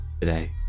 today